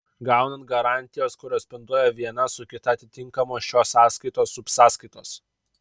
gaunant garantijas koresponduoja viena su kita atitinkamos šios sąskaitos subsąskaitos